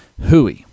hui